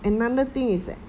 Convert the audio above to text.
another thing is that